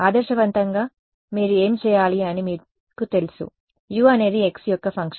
ఆదర్శవంతంగా మీరు ఏమి చేయాలి అని మీకు తెలుసు U అనేది x యొక్క ఫంక్షన్